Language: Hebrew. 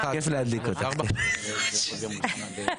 תשעה בעד.